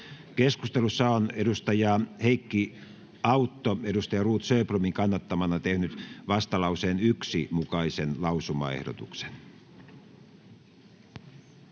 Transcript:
Keskustelussa on Heikki Autto Ruut Sjöblomin kannattamana tehnyt vastalauseen 1 mukaisen lausumaehdotuksen.